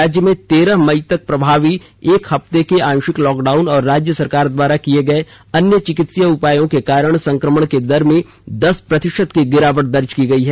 राज्य में तेरह मई तक प्रभावी एक हफ्ते के आंशिक लॉकडाउन और राज्य सरकार द्वारा किये गये अन्य चिकित्सिय उपायों के कारण संक्रमण की दर में दस प्रतिशत की गिरावट दर्ज की गई है